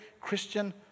Christian